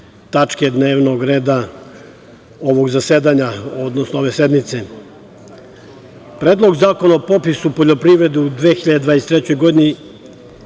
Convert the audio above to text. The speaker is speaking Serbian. tačke dnevnog reda ovog zasedanja, odnosno ove sednice. Predlog zakona o popisu poljoprivrede u 2023. godini